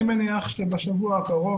אני מניח שבשבוע הקרוב,